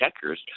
checkers